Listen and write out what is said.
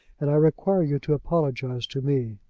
and i require you to apologize to me.